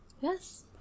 Yes